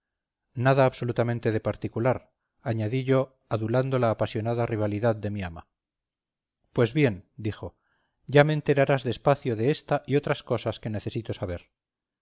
nada absolutamente de particular añadí yo adulando la apasionada rivalidad de mi ama pues bien dijo ya me enterarás despacio de esta y otras cosas que necesito saber